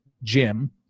Jim